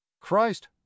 christ